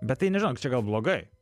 bet tai nežinau čia gal blogai